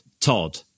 Todd